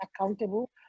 accountable